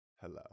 hello